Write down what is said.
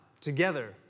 together